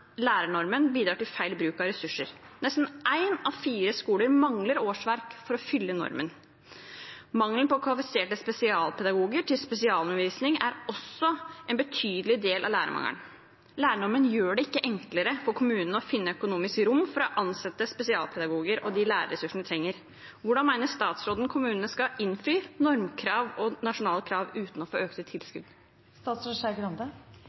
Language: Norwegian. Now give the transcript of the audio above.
lærernormen bidrar til feil bruk av ressurser. Nesten én av fire skoler mangler årsverk for å fylle normen. Mangelen på kvalifiserte spesialpedagoger til spesialundervisning er også en betydelig del av lærermangelen. Lærernormen gjør det ikke enklere for kommunene å finne økonomisk rom for å ansette spesialpedagoger og de lærerressursene de trenger. Hvordan mener statsråden at kommunene skal innfri normkrav og nasjonale krav uten å få økte